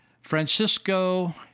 Francisco